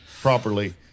properly